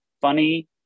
funny